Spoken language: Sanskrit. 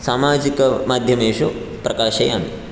सामाजिकमाध्यमेषु प्रकाशयामि